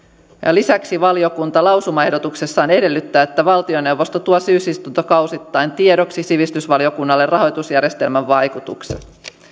lisäksi valiokunta lausumaehdotuksessaan edellyttää että valtioneuvosto tuo syysistuntokausittain tiedoksi sivistysvaliokunnalle rahoitusjärjestelmän vaikutukset